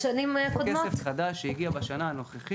זה כסף חדש שהגיע בשנה הנוכחית.